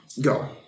go